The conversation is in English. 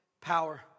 power